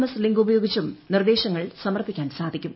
S link ഉപയോഗിച്ചും നിർദ്ദേശങ്ങൾ സമർപ്പിക്കാൻ സാധിക്കും